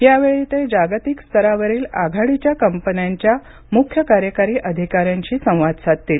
यावेळी ते जागतिक स्तरावरील आघाडीच्या कंपन्यांच्या मुख्य कार्यकारी अधिकाऱ्यांशी संवाद साधणार आहेत